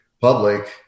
public